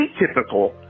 atypical